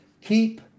Keep